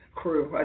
crew